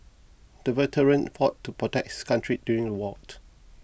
the veteran fought to protect his country during the war